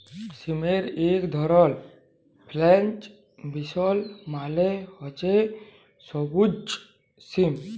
সিমের ইক ধরল ফেরেল্চ বিলস মালে হছে সব্যুজ সিম